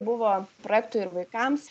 buvo projektų ir vaikams